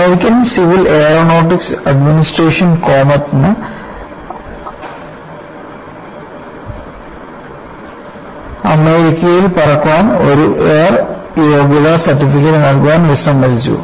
American civil aeronautics administration കോമറ്റ്ന് അമേരിക്കയിൽ പറക്കാൻ ഒരു എയർ യോഗ്യത സർട്ടിഫിക്കറ്റ് നൽകാൻ വിസമ്മതിച്ചു